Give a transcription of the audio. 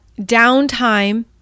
downtime